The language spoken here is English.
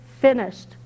finished